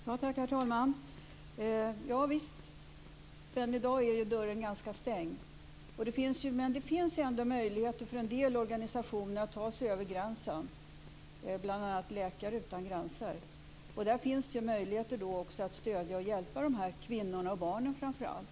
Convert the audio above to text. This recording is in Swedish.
Herr talman! Javisst, men i dag är dörren ganska stängd. Men det finns ändå möjligheter för en del organisationer att ta sig över gränsen. Det gäller bl.a. Läkare utan gränser. Då finns det ju också möjligheter att stödja och hjälpa de här kvinnorna och barnen, framför allt.